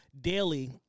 daily